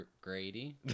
Grady